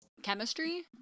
Chemistry